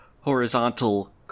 horizontal